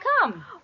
come